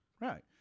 right